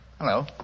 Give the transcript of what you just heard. Hello